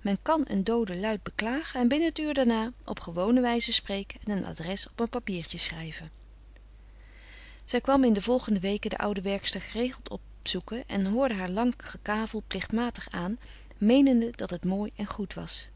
men kan een doode luid beklagen en binnen het uur daarna op gewone wijze spreken en een adres op een papiertje schrijven zij kwam in de volgende weken de oude werkster geregeld opzoeken en hoorde haar lang gekavel plichtmatig aan meenende dat het mooi en goed was